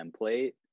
template